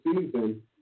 season